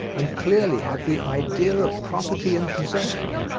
and clearly had the idea of property and possession.